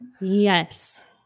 Yes